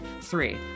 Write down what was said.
three